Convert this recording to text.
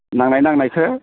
नांनाय नांनायखो